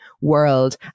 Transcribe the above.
world